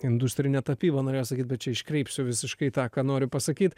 industrinė tapyba norėjau sakyt bet čia iškreipsiu visiškai tą ką noriu pasakyt